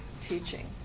teaching